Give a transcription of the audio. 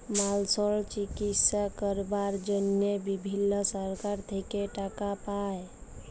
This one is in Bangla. মালসর চিকিশসা ক্যরবার জনহে বিভিল্ল্য সরকার থেক্যে টাকা পায়